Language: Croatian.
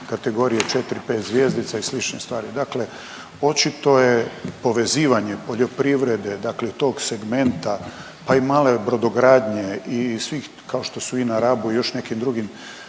kategorije 4-5 zvjezdica i slične stvari, dakle očito je povezivanje poljoprivrede, dakle tog segmenta pa i male brodogradnje i svih kao što su i na Rabu i još nekim drugim